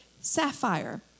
sapphire